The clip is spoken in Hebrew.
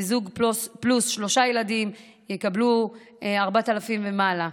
וזוג פלוס שלושה ילדים יקבלו 4,000 שקלים ומעלה,